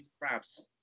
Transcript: crabs